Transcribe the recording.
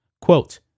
Quote